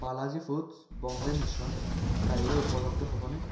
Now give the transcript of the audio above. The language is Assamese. বালাজী ফুডছ্ ব'ম্বে মিশ্ৰণ কাইলৈ উপলব্ধ হ'বনে